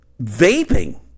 vaping